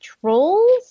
Trolls